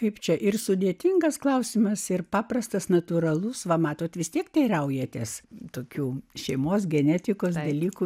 kaip čia ir sudėtingas klausimas ir paprastas natūralus va matote vis tiek teiraujatės tokių šeimos genetika jei liko